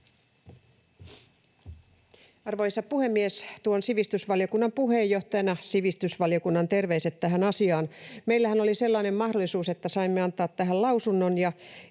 Arvoisa puhemies! Tuon sivistysvaliokunnan puheenjohtajana sivistysvaliokunnan terveiset tähän asiaan. Meillähän oli sellainen mahdollisuus, että saimme antaa tähän lausunnon, ja